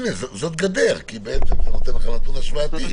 הנה, זאת גדר כי זה נותן לך נתון השוואתי.